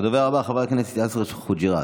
הדובר הבא, חבר הכנסת יאסר חוג'יראת,